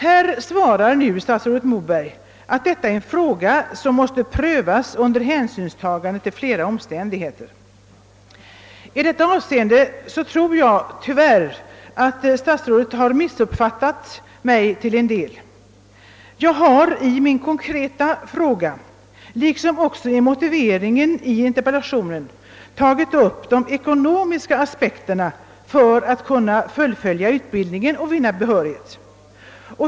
Här svarar nu statrådet Moberg, att detta är »en fråga som måste prövas under hänsynstagande till flera omständigheter». I detta avseende tror jag att statsrådet tyvärr har missuppfattat mig till en del. Jag har i min konkreta fråga, liksom också i motiveringen till interpellationen, tagit upp de ekonomiska aspekterna för att denna grupp skall kunna fullfölja utbildningen och vinna behörighet.